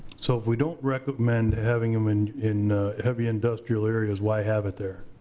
so if we don't recommend having them and in heavy industrial areas, why have it there?